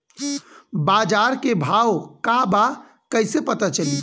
बाजार के भाव का बा कईसे पता चली?